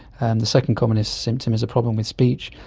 and the second commonest symptom is a problem with speech.